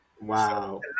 wow